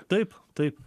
taip taip